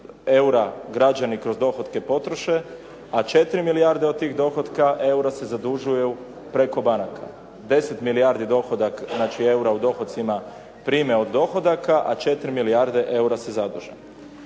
eura građani kroz dohotke potroše, a 4 milijarde od tih dohotka eura se zadužuju preko banaka. 10 milijardi dohodak, znači eura u dohocima prime od dohodaka, a 4 milijarde eura se zaduže.